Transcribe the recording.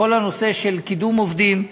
לכל הנושא של קידום עובדים.